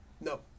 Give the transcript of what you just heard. no